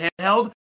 handheld